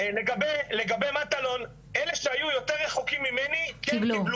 לגבי מטלון, אלה שהיו יותר רחוקים ממני, כן קיבלו.